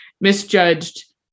misjudged